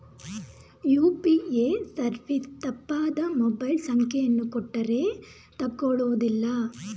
UPA service ತಪ್ಪಾದ mobile ಸಂಖ್ಯೆಯನ್ನು ಕೊಟ್ಟರೇ ತಕೊಳ್ಳುವುದಿಲ್ಲ